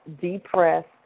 depressed